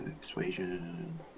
Persuasion